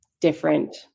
Different